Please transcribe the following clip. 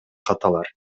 каталар